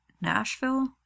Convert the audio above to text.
nashville